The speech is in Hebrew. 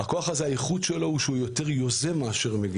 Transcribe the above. האיכות שלו היא שהוא יותר יוזם מאשר מגיב.